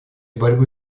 борьбы